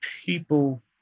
people